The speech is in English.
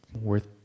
worth